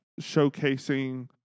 showcasing